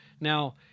Now